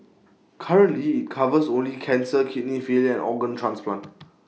currently IT covers only cancer kidney failure and organ transplant